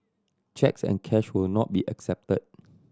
cheques and cash will not be accepted